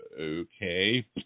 okay